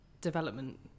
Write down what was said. development